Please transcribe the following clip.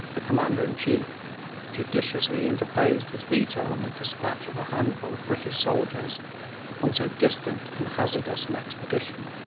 the commander-in-chief, judiciously interposed his veto on the despatch of a handful of british soldiers on so distant and hazardous an expedition.